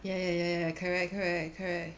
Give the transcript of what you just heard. ya ya ya ya correct correct correct